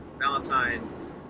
Valentine